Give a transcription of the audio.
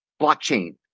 blockchain